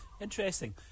Interesting